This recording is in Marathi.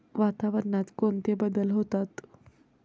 वातावरणात कोणते बदल होतात?